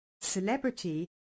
celebrity